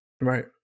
right